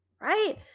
Right